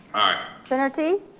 aye. coonerty,